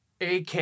AK